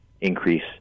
increase